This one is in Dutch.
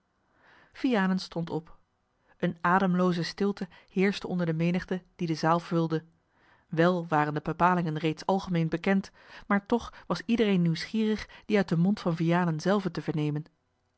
vianen stond op eene ademlooze stilte heerschte onder de menigte de de zaal vulde wel waren de bepalingen reeds algemeen bekend maar toch was iedereen nieuwsgierig die uit den mond van vianen zelven te vernemen